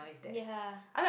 ya